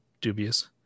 Dubious